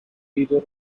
either